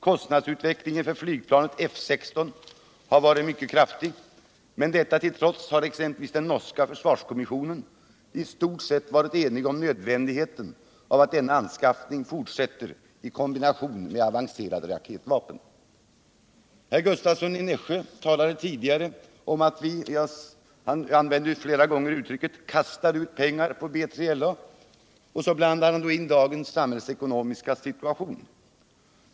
Kostnadsutvec<lingen för flygplanet F 16 har varit mycket kraftig, men detta till trots har exempelvis den norska försvarskommissionen i stort sett varit enig om nödvändigheten av att denna anskaffning fortsätter i kombination med avancerade raketvapen. Åke Gustavsson talade tidigare om at: vi ”kastar ut” — han använde flera gånger det uttrycket - pengar på B3LA och blandade så in dageas besvärliga ekonomiska situation.